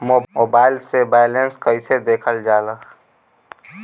Mobile से balance कइसे देखल जाला?